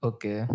Okay